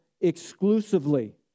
exclusively